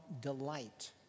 delight